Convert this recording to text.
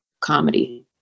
comedy